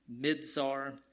Midzar